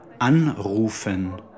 Anrufen